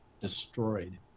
destroyed